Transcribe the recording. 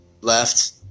left